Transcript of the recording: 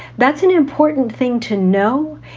that's an important thing to know.